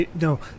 No